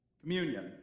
Communion